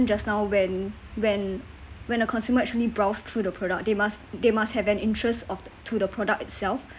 just now when when when a consumer actually browse through the product they must they must have an interest of to the product itself